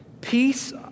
Peace